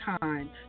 time